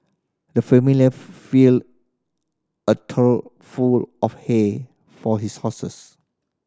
the familiar filled a trough full of hay for his horses